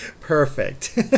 perfect